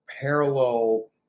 parallel